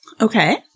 Okay